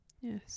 Yes